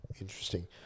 interesting